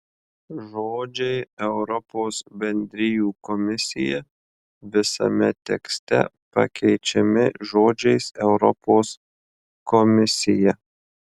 žodžiai europos bendrijų komisija visame tekste pakeičiami žodžiais europos komisija